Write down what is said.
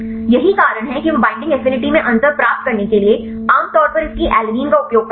यही कारण है कि वे बईंडिंग एफिनिटी में अंतर प्राप्त करने के लिए आम तौर पर इसकी एलानिन का उपयोग करते हैं